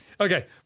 Okay